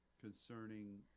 concerning